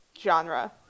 genre